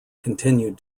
continued